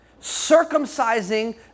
circumcising